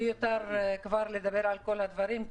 מיותר כבר לדבר על כל הדברים,